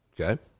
okay